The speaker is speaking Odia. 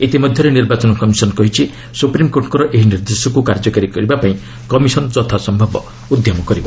ଇତିମଧ୍ୟରେ ନିର୍ବାଚନ କମିଶନ୍ କହିଛି ସୁପ୍ରିମ୍କୋର୍ଟଙ୍କର ଏହି ନିର୍ଦ୍ଦେଶକୁ କାର୍ଯ୍ୟକାରୀ କରିବା ପାଇଁ କମିଶନ୍ ଯଥା ସମ୍ଭବ ଉଦ୍ୟମ କରିବ